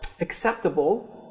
acceptable